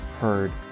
heard